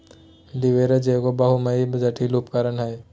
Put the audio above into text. leverage एगो बहुआयामी, जटिल उपकरण हय